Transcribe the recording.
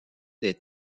des